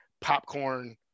popcorn